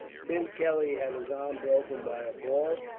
tim kelly had his arm broken by a ball,